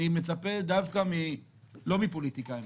אני מצפה דווקא לא מפוליטיקאים,